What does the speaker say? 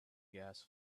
gas